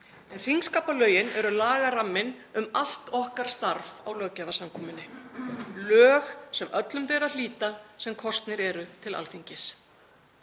Þingskapalögin eru lagaramminn um allt okkar starf á löggjafarsamkomunni, lög sem öllum ber að hlíta sem kosnir eru til Alþingis.